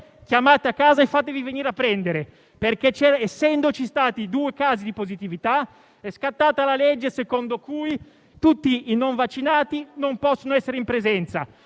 chiamate casa e fatevi venire a prendere. Questo perché, essendoci stati due casi di positività, è scattata la norma secondo cui tutti i non vaccinati non possono essere in presenza.